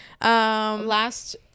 Last